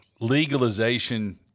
Legalization